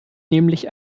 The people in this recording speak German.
nämlich